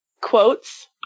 Quotes